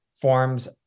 forms